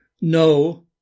No